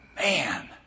man